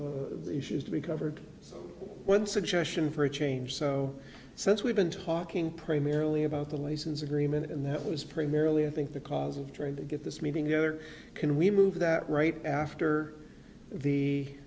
the issues to be covered one suggestion for a change so since we've been talking primarily about the license agreement and that was primarily i think the cause of trying to get this meeting together can we move that right after the